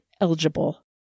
eligible